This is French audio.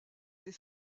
des